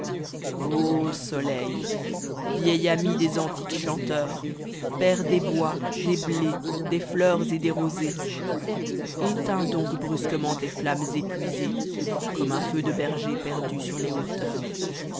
c t ami des ant qttes ehanteors père des bois des blés des hemrs et des rosées éteins donc brusquement tes ammes épuisées comme nn feu de berger perdu sur les hautcmrs